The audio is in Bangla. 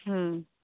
হুম